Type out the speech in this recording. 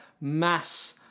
mass